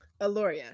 Aloria